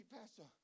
pastor